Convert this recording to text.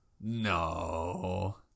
no